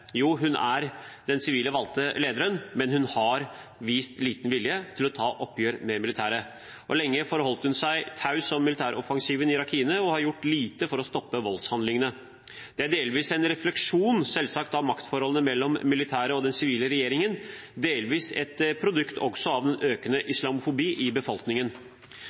Jo, hun er den sivile, valgte lederen, men hun har vist liten vilje til å ta oppgjør med militæret. Lenge forholdt hun seg taus om militæroffensiven i Rakhine, og hun har gjort lite for å stoppe voldshandlingene. Det er delvis en refleksjon av maktforholdene mellom militæret og den sivile regjeringen, delvis et produkt også av den økende islamofobien i befolkningen.